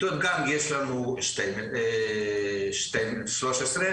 יש לנו 13 כיתות גן.